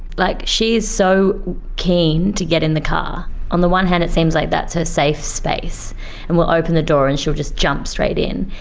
like she is so keen to get in the car. on the one hand it seems like that's her safe space and we will open the door and she'll just jump straight in.